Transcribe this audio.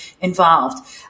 involved